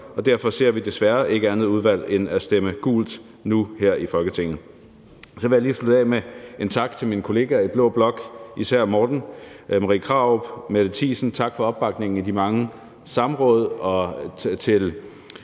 derfor ser vi desværre ingen anden udvej end at stemme gult nu her i Folketinget. Så vil jeg lige slutte af med en tak til mine kollegaer i blå blok, især Morten , Marie Krarup og Mette Thiesen. Tak for opbakningen i de mange samråd